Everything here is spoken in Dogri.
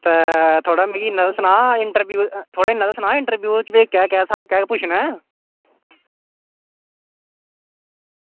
ते थुआढ़ा मिगी इन्ना बी सुना इंटरव्यू थोह्ड़ा इन्ना बी सना की इंटरव्यू च केह् केह् पुच्छना